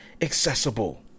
accessible